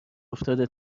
افتاده